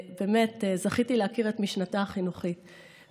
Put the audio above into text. שזכיתי להכיר את משנתה החינוכית,